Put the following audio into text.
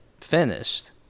finished